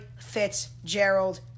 Fitzgerald